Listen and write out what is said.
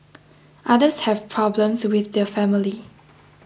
others have problems with the family